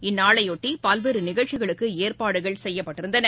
இந்நாளையொட்டிபல்வேறுநிகழ்ச்சிகளுக்குஏற்பாடுகள் செய்யப்பட்டிருந்தன